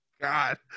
God